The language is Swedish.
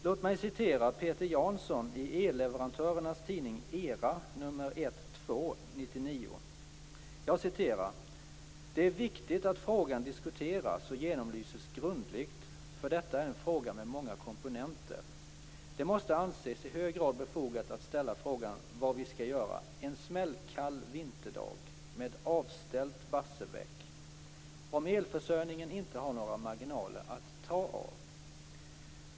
Låt mig citera Peter Jansson i elleverantörernas tidning ERA nr 1-2 från 1999: "Det är viktigt att frågan diskuteras och genomlyses grundligt - för detta är en fråga med många komponenter. Det måste anses i hög grad befogat att ställa frågan vad vi ska göra en smällkall vinterdag med avställt Barsebäck, om elförsörjningen inte har några marginaler att ta av.